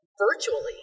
virtually